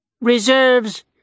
Reserves